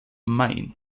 maine